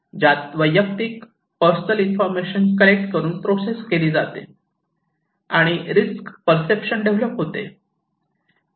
ज्यात वैयक्तिक personal information collect करून प्रोसेस केली जाते आणि रिस्क पर्सेप्शन डेव्हलप होते